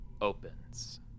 opens